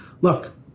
look